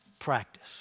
practice